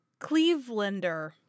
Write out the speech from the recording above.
Clevelander